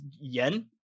yen